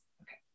Okay